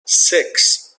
six